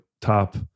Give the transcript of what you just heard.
top